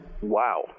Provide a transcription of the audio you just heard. Wow